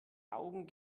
augen